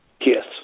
Yes